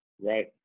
right